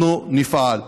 אנחנו נפעל.